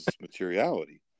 materiality